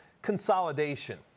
Consolidation